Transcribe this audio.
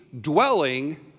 dwelling